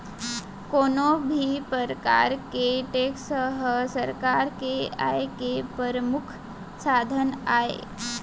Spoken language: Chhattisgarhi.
कोनो भी परकार के टेक्स ह सरकार के आय के परमुख साधन आय